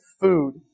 food